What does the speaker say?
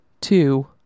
two